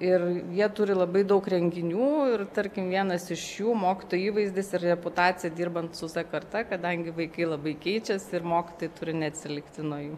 ir jie turi labai daug renginių ir tarkim vienas iš jų mokytojo įvaizdis ir reputacija dirbant su z karta kadangi vaikai labai keičiasi ir mokytojai turi neatsilikti nuo jų